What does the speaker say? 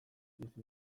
bizi